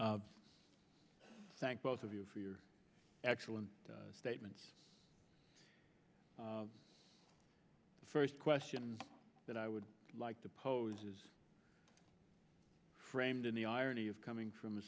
thank both of you for your excellent statements the first question that i would like to pose is framed in the irony of coming from a